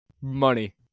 money